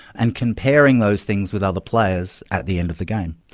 and comparing those things with other players at the end of the game.